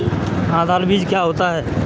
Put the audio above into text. आधार बीज क्या होता है?